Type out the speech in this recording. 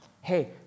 hey